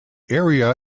area